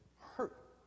hurt